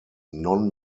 non